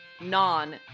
non